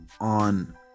on